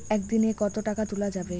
একদিন এ কতো টাকা তুলা যাবে?